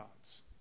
gods